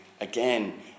again